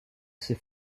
ses